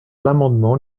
l’amendement